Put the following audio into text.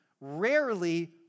rarely